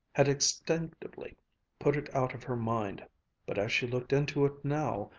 had instinctively put it out of her mind but as she looked into it now,